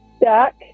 back